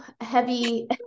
heavy